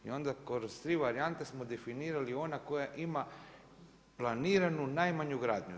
I onda kroz tri varijante smo definirali ona koja ima planiranu najmanju gradnju.